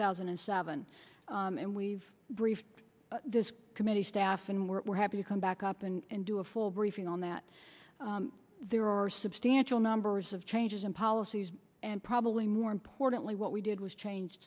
thousand and seven and we've briefed this committee staff and we're happy to come back up and do a full briefing on that there are substantial numbers of changes in policies and probably more importantly what we did was changed